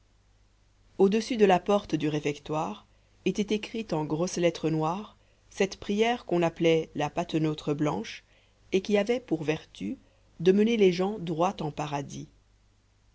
au-dessus de la porte du réfectoire était écrite en grosses lettres noires cette prière qu'on appelait la patenôtre blanche et qui avait pour vertu de mener les gens droit en paradis